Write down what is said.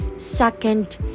Second